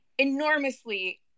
enormously